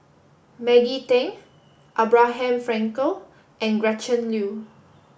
Maggie Teng Abraham Frankel and Gretchen Liu